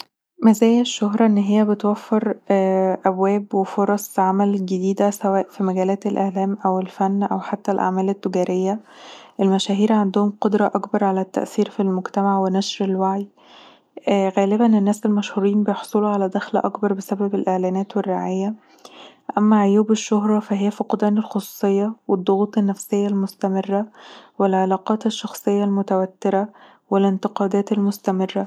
مزايا الشهرة انها بتوفر أبواب وفرص عمل جديده سواء في مجالات الإعلام، الفن، أو حتى الأعمال التجارية. المشاهير عندهم قدرة أكبر على التأثير في المجتمع ونشر الوعي، غالبًا الناس المشهورين بيحصلوا على دخل أكبر بسبب الإعلانات والرعايه، اما عيوب الشهرة فقدان الخصوصية، والضغوط النفسيه المستمره، والعلاقات الشخصية المتوتره، والانتقادات الشخصية المستمره